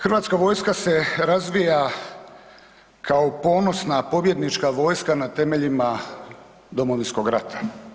Hrvatska vojska se razvija kao ponosna pobjednička vojska na temeljima Domovinskog rata.